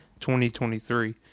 2023